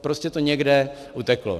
Prostě to někde uteklo.